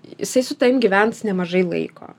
jisai su tavim gyvens nemažai laiko